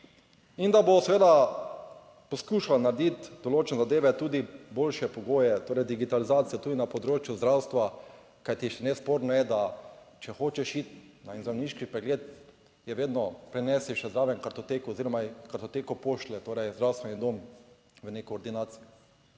in da bo seveda poskušala narediti določene zadeve tudi boljše pogoje, torej digitalizacijo tudi na področju zdravstva. Kajti, nesporno je, da če hočeš iti na en zdravniški pregled, vedno preneseš še zraven kartoteko oziroma kartoteko pošlje zdravstveni dom v neko ordinacijo